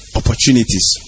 opportunities